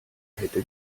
hätte